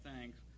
thanks